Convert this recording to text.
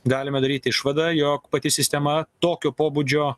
galime daryti išvadą jog pati sistema tokio pobūdžio